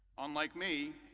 unlike me,